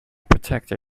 protected